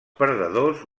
perdedors